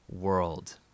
world